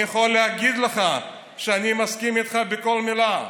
אני יכול להגיד לך שאני מסכים איתך בכל מילה.